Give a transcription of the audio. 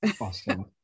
Awesome